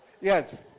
Yes